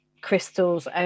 crystals